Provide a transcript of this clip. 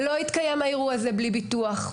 לא יתקיים האירוע הזה בלי ביטוח.